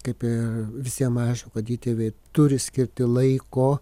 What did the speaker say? kaip ir visiem aišku kad įtėviai turi skirti laiko